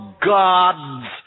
God's